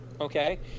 okay